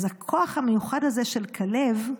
אז הכוח המיוחד הזה של כלב,